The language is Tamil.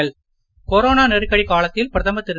ராஜ்நாத் கொரோனா நெருக்கடி காலத்தில் பிரதமர் திரு